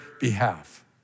behalf